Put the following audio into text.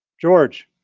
george.